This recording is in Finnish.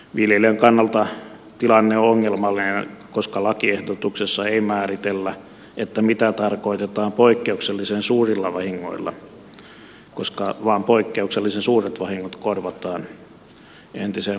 viljelijän kannalta tilanne on ongelmallinen koska lakiehdotuksessa ei määritellä mitä tarkoitetaan poikkeuksellisen suurilla vahingoilla koska vain poikkeuksellisen suuret vahingot korvataan entiseen malliin